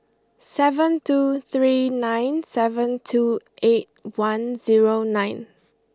seven two three nine seven two eight one zero nine